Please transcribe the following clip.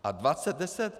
A 20, 10?